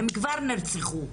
הן כבר נרצחו.